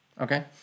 Okay